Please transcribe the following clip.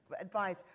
advice